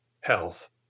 health